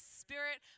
spirit